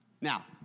Now